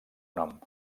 nom